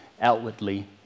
outwardly